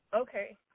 Okay